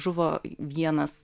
žuvo vienas